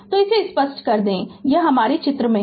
तो इसे स्पष्ट कर दे तो यह हमारे चित्र में है